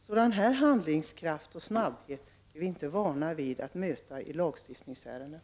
Sådan här handlingskraft och snabbhet är vi inte vana vid att möta i lagstiftningsärenden.